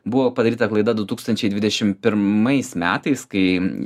buvo padaryta klaida du tūkstančiai dvidešimt pirmais metais kai